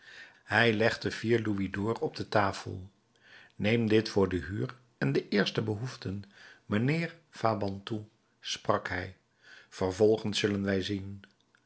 hij legde vier louisd'ors op de tafel neem dit voor de huur en de eerste behoeften mijnheer fabantou sprak hij vervolgens zullen wij zien